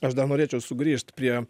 aš dar norėčiau sugrįžt prie